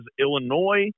Illinois